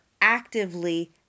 actively